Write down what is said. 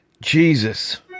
Jesus